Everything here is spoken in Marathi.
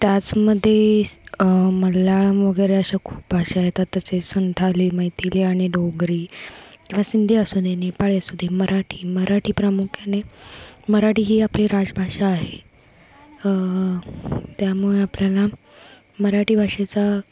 त्याचमध्ये मल्याळम वगैरे अशा खूप भाषा येतात तसेच संथाली मैथिली आणि डोगरी आ सिंधी असू दे नेपाळी असू दे मराठी मराठी प्रामुख्याने मराठी ही आपली राजभाषा आहे त्यामुळे आपल्याला मराठी भाषेचा